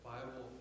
Bible